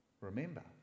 remember